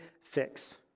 fix